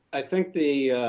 i think the